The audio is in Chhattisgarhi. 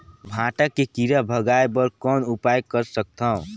भांटा के कीरा भगाय बर कौन उपाय कर सकथव?